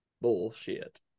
Bullshit